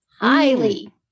Highly